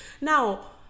Now